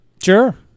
Sure